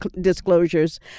disclosures